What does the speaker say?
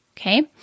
okay